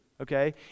Okay